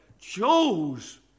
chose